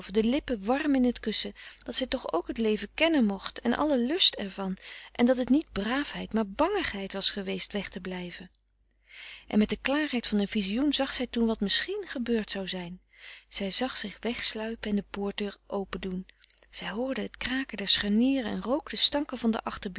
de lippen warm in t kussen dat zij toch ook het leven kennen mocht en alle lust er van en dat het niet braafheid maar bangigheid was geweest weg te blijven en met de klaarheid van een vizioen zag zij toen wat misschien gebeurd zou zijn zij zag zich wegsluipen en de poortdeur open doen zij hoorde het kraken der scharnieren en rook de stanken van de